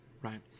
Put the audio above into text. right